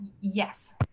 Yes